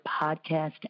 podcast